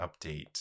update